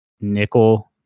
Nickel